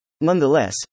Nonetheless